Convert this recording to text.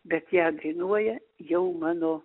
bet ją dainuoja jau mano